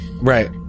right